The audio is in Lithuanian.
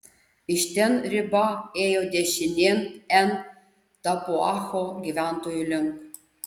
iš ten riba ėjo dešinėn en tapuacho gyventojų link